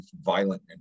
violent